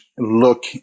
look